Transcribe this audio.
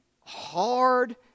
hard